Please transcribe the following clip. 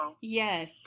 yes